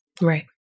Right